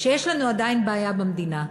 שיש לנו עדיין בעיה במדינה.